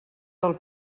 del